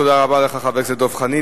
תודה רבה לך, חבר הכנסת דב חנין.